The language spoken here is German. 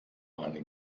eine